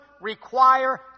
require